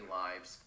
lives